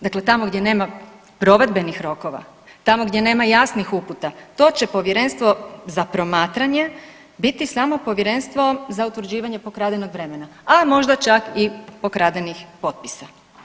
Dakle, tamo gdje nema provedbenih rokova, tamo gdje nema jasnih uputa to će povjerenstvo za promatranje biti samo povjerenstvo za utvrđivanje pokradenog vremena, a možda čak i pokradenih potpisa.